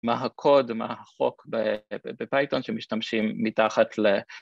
מה הקוד, מה החוק בפייתון שמשתמשים מתחת ל...